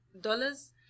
dollars